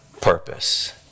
purpose